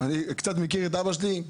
אני קצת מכיר את אבא שלי,